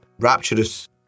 Rapturous